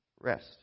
rest